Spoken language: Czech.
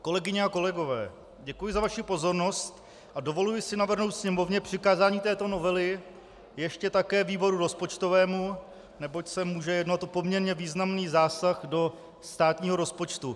Kolegyně a kolegové, děkuji za vaši pozornost a dovoluji si navrhnout Sněmovně přikázání této novely ještě také výboru rozpočtovému, neboť se může jednat o poměrně významný zásah do státního rozpočtu.